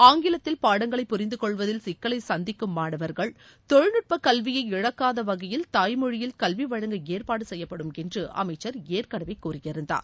ஆங்கிலத்தில் பாடங்களைப் புரிந்து கொள்வதில் சிக்கலைச் சந்திக்கும் மாணவர்கள் தொழில்நட்பக் கல்வியை இழக்காத வகையில் தாய்மொழியில் கல்வி வழங்க ஏற்பாடு செய்யப்படும் என்று அமைச்சர் ஏற்கெனவே கூறி இருந்தார்